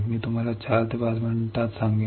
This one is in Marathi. मी तुम्हाला 4 ते 5 मिनिटांत सांगेन